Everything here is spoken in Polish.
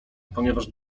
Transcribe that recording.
ponieważ